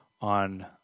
on